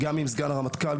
עם סגן הרמטכ"ל,